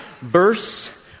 verse